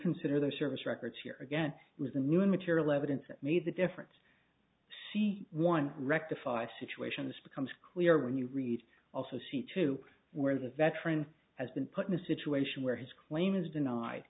consider their service records here again it was a new material evidence that made the difference see one rectify situations becomes clear when you read also see two where the veteran has been put in a situation where his claim is denied